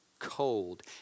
Cold